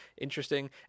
interesting